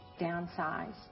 downsize